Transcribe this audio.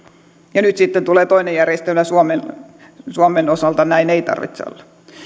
ja nyt sitten tulee toinen järjestelmä suomen osalta vaikka näin ei tarvitse olla